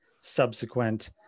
subsequent